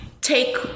take